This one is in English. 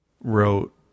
wrote